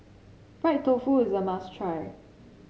Fried Tofu is a must try